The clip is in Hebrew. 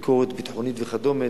בגלל ביקורת ביטחונית וכדומה,